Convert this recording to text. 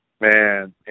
Man